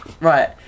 Right